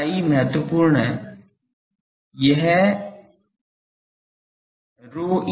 chi महत्वपूर्ण है यह ρe by lambda है